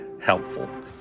helpful